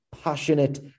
passionate